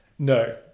No